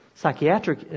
Psychiatric